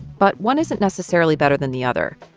but one isn't necessarily better than the other.